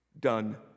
done